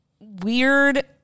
weird